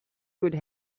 could